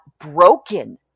broken